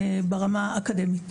ברמה האקדמית.